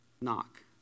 knock